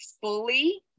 fully